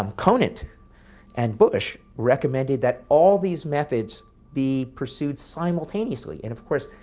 um conant and bush recommended that all these methods be pursued simultaneously. and of course,